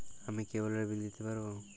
আমি কেবলের বিল দিতে পারবো?